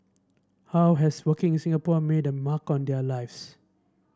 how has working in Singapore a made a mark on their lives